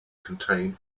contained